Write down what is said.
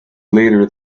later